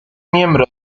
miembro